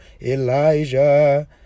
Elijah